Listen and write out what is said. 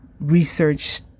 research